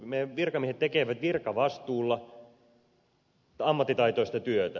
meidän virkamiehemme tekevät virkavastuulla ammattitaitoista työtä